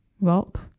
rock